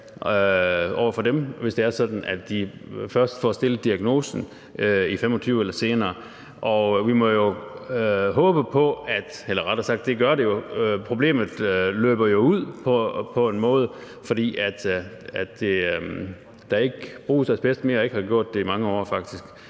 over for dem, hvis det er sådan, at de først får stillet diagnosen i 2025 eller senere. Og problemet løber jo på en måde ud, fordi der ikke bruges asbest mere og ikke er blevet brugt asbest i mange år faktisk